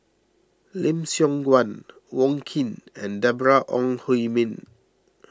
Lim Siong Guan Wong Keen and Deborah Ong Hui Min